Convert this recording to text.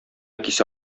кисә